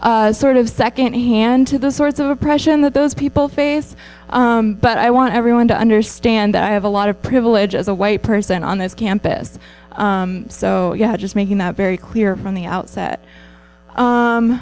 speak sort of second hand to the sorts of oppression that those people face but i want everyone to understand i have a lot of privilege as a white person on this campus so yeah just making that very clear from the outset